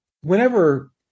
Whenever